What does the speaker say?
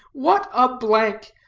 what a blank!